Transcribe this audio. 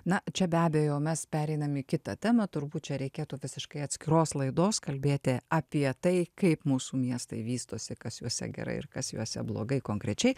na čia be abejojau mes pereinam į kitą temą turbūt čia reikėtų visiškai atskiros laidos kalbėti apie tai kaip mūsų miestai vystosi kas juose gerai ir kas juose blogai konkrečiai